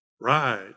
right